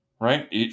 right